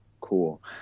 cool